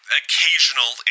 occasional